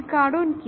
এর কারণ কি